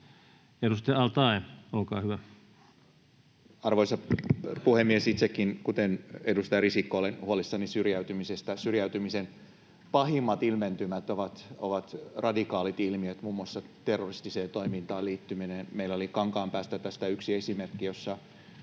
edustaja al-Taee, olkaa hyvä. Arvoisa puhemies! Itsekin, kuten edustaja Risikko, olen huolissani syrjäytymisestä. Syrjäytymisen pahimmat ilmentymät ovat radikaalit ilmiöt, muun muassa terroristiseen toimintaan liittyminen. Meillä oli Kankaanpäästä tästä yksi esimerkki, jossa